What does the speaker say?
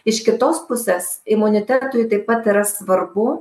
iš kitos pusės imunitetui taip pat yra svarbu